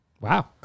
Wow